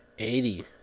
Eighty